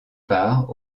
part